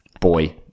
boy